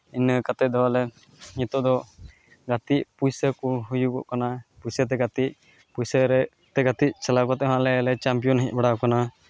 ᱤᱱᱟᱹ ᱠᱟᱛᱮᱫ ᱫᱚ ᱟᱞᱮ ᱱᱤᱛᱳᱜ ᱫᱚ ᱜᱟᱛᱮ ᱯᱩᱭᱥᱟᱹ ᱠᱚ ᱦᱩᱭᱩᱜᱚᱜ ᱠᱟᱱᱟ ᱯᱩᱭᱥᱟᱹ ᱛᱮ ᱜᱟᱛᱮ ᱯᱩᱭᱥᱟᱹ ᱨᱮ ᱜᱟᱛᱮ ᱪᱟᱞᱟᱣ ᱠᱟᱛᱮᱫ ᱦᱚᱸ ᱟᱞᱮ ᱞᱮ ᱪᱟᱢᱯᱤᱭᱟᱱ ᱦᱮᱡ ᱵᱟᱲᱟᱣ ᱠᱟᱱᱟ